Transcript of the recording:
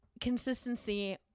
consistency